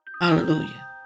Hallelujah